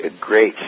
great